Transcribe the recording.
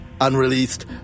unreleased